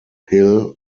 hill